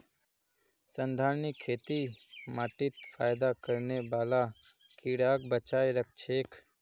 संधारणीय खेती माटीत फयदा करने बाला कीड़ाक बचाए राखछेक